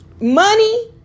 Money